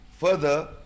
further